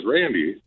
Randy